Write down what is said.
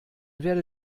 werde